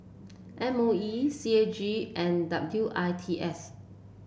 M O E C A G and W I T S